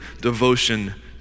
devotion